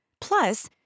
Plus